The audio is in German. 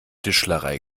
tischlerei